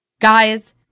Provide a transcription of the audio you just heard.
guys